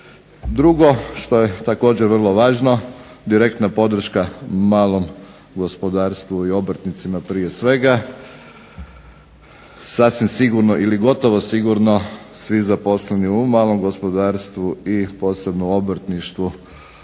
Drugo što je također vrlo važno direktna podrška malom gospodarstvu i obrtnicima prije svega. Sasvim sigurno ili gotovo sigurno svi zaposleni u malom gospodarstvu i posebno u obrtništvu